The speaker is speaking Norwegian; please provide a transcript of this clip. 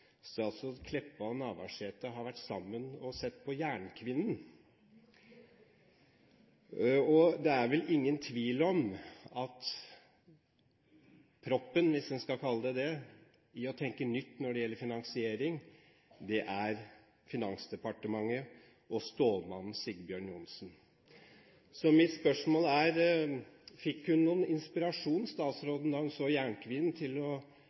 statsråd Kleppa og statsråd Navarsete har vært sammen og sett Jernkvinnen på kino. Det er vel ingen tvil om at proppen – hvis en skal kalle det det – når det gjelder å tenke nytt innen finansiering, er Finansdepartementet og «stålmannen» Sigbjørn Johnsen. Så mitt spørsmål er: Fikk statsråden noen inspirasjon da hun så Jernkvinnen, til å